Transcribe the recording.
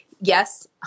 yes